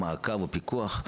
על מעקב ועל פיקוח,